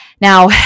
Now